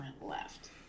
left